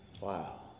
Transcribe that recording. Wow